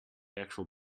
actual